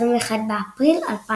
21 באפריל 2009